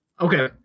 Okay